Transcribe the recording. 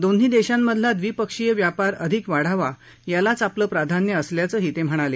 दोन्ही देशांमधला द्विपक्षीय व्यापार अधिक वाढावा यालाच आपलं प्राधान्य असल्याचं ते म्हणाले